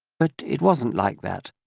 but it wasn't like that.